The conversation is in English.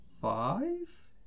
five